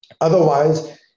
Otherwise